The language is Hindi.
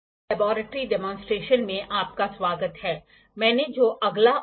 चर्चा के अगले विषय में आपका स्वागत है जो एंग्युलर मेज़रमेंट पर है